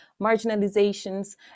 marginalizations